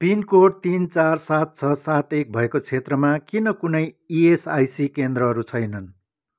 pin code तिन चार सात छ सात एक भएको क्षेत्रमा किन कुनै इएसआइसी केन्द्रहरू छैनन्